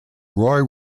roy